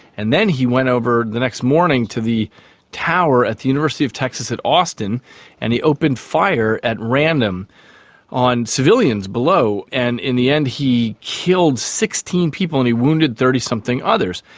and then he went over the next morning to the tower at the university of texas at austin and he opened fire at random on civilians below. and in the end he killed sixteen people and he wounded thirty something others.